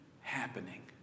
happening